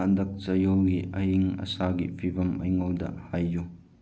ꯍꯟꯗꯛ ꯆꯌꯣꯜꯒꯤ ꯑꯏꯪ ꯑꯁꯥꯒꯤ ꯐꯤꯚꯝ ꯑꯩꯉꯣꯟꯗ ꯍꯥꯏꯌꯨ